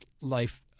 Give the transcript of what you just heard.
life